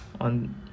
on